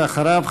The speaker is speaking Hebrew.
ואחריו,